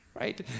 right